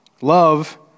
Love